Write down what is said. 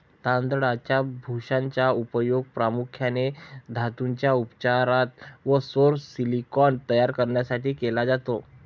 तांदळाच्या भुशाचा उपयोग प्रामुख्याने धातूंच्या उपचारात व सौर सिलिकॉन तयार करण्यासाठी केला जातो